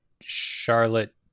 Charlotte